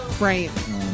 Right